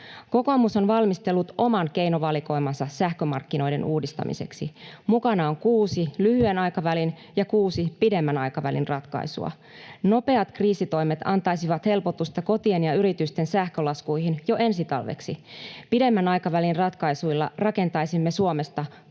Kokoomus on valmistellut oman keinovalikoimansa sähkömarkkinoiden uudistamiseksi. Mukana on kuusi lyhyen aikavälin ja kuusi pidemmän aikavälin ratkaisua. Nopeat kriisitoimet antaisivat helpotusta kotien ja yritysten sähkölaskuihin jo ensi talveksi. Pidemmän aikavälin ratkaisuilla rakentaisimme Suomesta